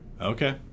Okay